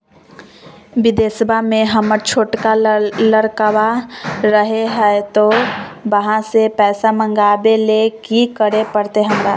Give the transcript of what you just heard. बिदेशवा में हमर छोटका लडकवा रहे हय तो वहाँ से पैसा मगाबे ले कि करे परते हमरा?